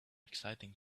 exciting